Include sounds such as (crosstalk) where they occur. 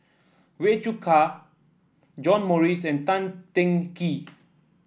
Wee Cho (unintelligible) John Morrice and Tan Teng Kee